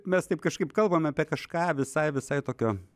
taip mes taip kažkaip kalbame apie kažką visai visai tokio